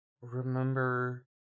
remember